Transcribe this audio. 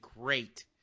great